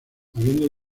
habiendo